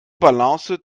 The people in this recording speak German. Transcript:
balance